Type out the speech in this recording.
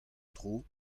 tro